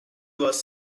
was